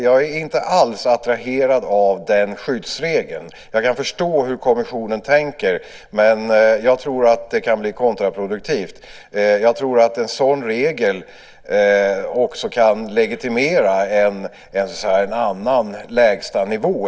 Jag är inte alls attraherad av den skyddsregeln. Jag kan förstå hur kommissionen tänker, men jag tror att det kan bli kontraproduktivt. Jag tror att en sådan regel också kan legitimera en ny lägsta nivå.